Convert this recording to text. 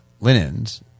linens